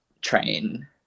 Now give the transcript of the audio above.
train